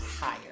higher